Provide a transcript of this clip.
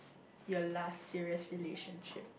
your last serious relationship